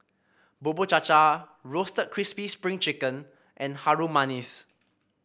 Bubur Cha Cha Roasted Crispy Spring Chicken and Harum Manis